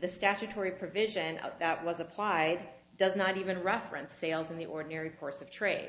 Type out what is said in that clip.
the statutory provision that was applied does not even reference sales in the ordinary course of trade